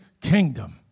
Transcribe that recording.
kingdom